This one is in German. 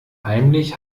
heimlich